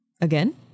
Again